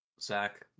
Zach